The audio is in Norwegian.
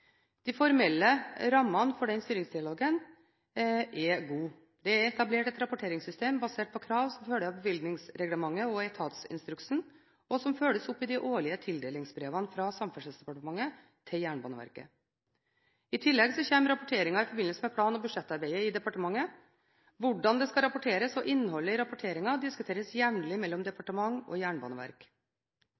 De formelle rammene for den styringsdialogen er gode. Det er etablert et rapporteringssystem basert på krav som følger av bevilgningsreglementet og etatsinstruksen, og som følges opp i de årlige tildelingsbrevene fra Samferdselsdepartementet til Jernbaneverket. I tillegg kommer rapporteringer i forbindelse med plan- og budsjettarbeidet i departementet. Hvordan det skal rapporteres og innholdet i rapporteringen diskuteres jevnlig mellom departementet og